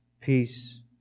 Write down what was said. peace